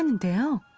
and do